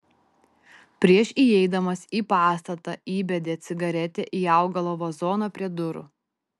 prieš įeidamas į pastatą įbedė cigaretę į augalo vazoną prie durų